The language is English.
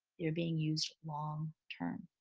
they're being used long-term.